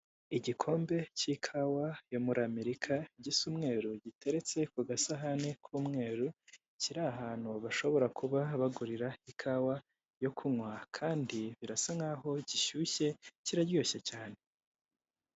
Igikombe k'ikawa yo muri Amerika gisa umweru giteretse ku gasahane k'umweru kiri ahantu bashobora kuba bagurira ikawa yo kunywa kandi birasa nkaho gishyushye kiraryoshye cyane.